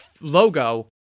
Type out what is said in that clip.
logo